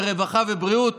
הרווחה והבריאות,